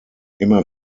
immer